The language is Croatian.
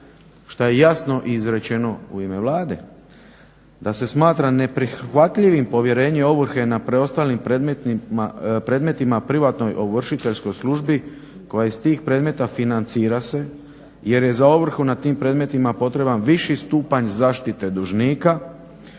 šta je jasno izrečeno i u ime Vlade da se smatra neprihvatljivim povjerenje ovrhe na preostalim predmetima privatnoj ovršiteljskoj službi koja iz tih predmeta financira se jer je za ovrhu na tim predmetima potreban viši stupanj zaštite dužnika,